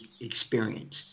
experience